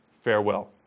Farewell